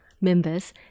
members